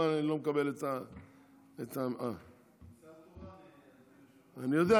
אני יודע,